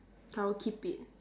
I'll keep it